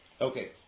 Okay